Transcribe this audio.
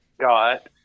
got